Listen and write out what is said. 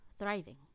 thriving